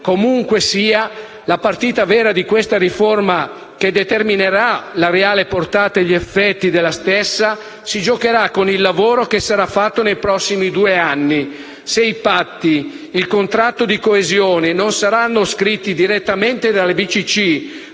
ogni modo, la partita vera di questa riforma, che determinerà la reale portata e gli effetti della stessa, si giocherà con il lavoro che sarà fatto nei prossimi due anni. Se i patti e il contratto di coesione non saranno scritti direttamente dalle